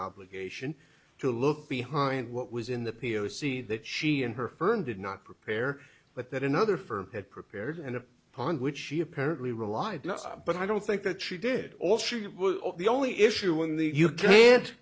obligation to look behind what was in the p o c that she and her fern did not prepare but that another firm had prepared and upon which she apparently relied but i don't think that she did all she was the only issue in the you can't